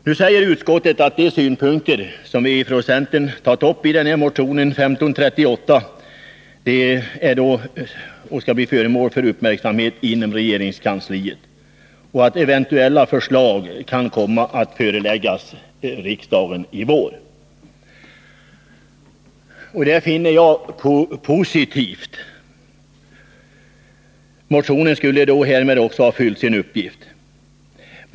Nu säger utskottet att de synpunkter som vi från centern har tagit upp i motionen 1538 skall bli föremål för uppmärksamhet inom regeringskansliet och att eventuella förslag kan komma att föreläggas riksdagen i vår. Detta finner jag positivt. Motionen skulle därmed ha fyllt sin uppgift.